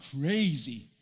crazy